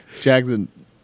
Jackson